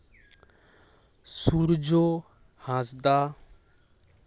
ᱥᱩᱨᱡᱚ ᱦᱟᱸᱥᱫᱟ